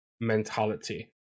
mentality